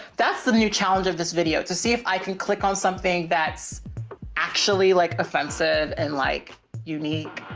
that's the new challenge of this video to see if i can click on something that's actually like offensive and like unique,